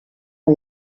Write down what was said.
ont